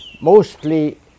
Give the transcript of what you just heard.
mostly